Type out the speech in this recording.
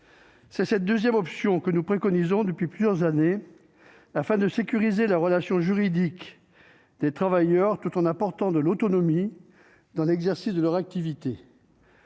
C'est cette seconde option que nous préconisons depuis plusieurs années, afin de sécuriser la relation juridique des travailleurs tout en leur apportant de l'autonomie- ils y sont attachés -dans l'exercice de leur activité